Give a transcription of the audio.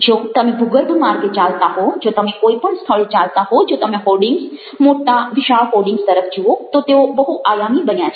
જો તમે ભૂગર્ભ માર્ગે ચાલતા હો જો તમે કોઈ પણ સ્થળે ચાલતાં હો જો તમે હોર્ડિંગ્ઝ મોટા વિશાળ હોર્ડિંગ્ઝ તરફ જુઓ તો તેઓ બહુઆયામી બન્યા છે